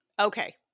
Okay